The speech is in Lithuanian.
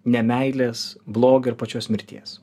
ne meilės blogio ir pačios mirties